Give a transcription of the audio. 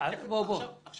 אני